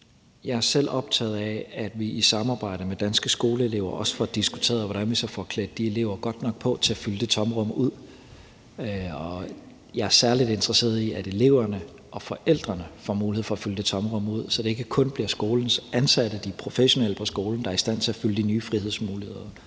Jeg er selv optaget af, at vi i samarbejde med Danske Skoleelever også får diskuteret, hvordan vi så får klædt de elever godt nok på til at fylde det tomrum ud. Og jeg er særlig interesseret i, at eleverne og forældrene får mulighed for at fylde det tomrum ud, så det ikke kun bliver skolens ansatte, de professionelle på skolen, der er i stand til at fylde de nye frihedsmuligheder